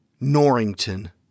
Norrington